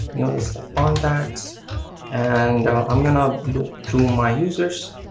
notice the contacts and i'm gonna go to my users